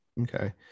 Okay